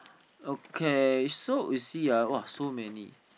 okay so you see ah !wah! so many